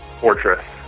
fortress